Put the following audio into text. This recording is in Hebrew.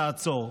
תעצור".